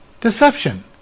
deception